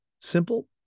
Simple